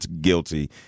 guilty